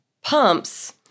pumps